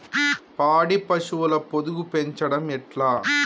పాడి పశువుల పొదుగు పెంచడం ఎట్లా?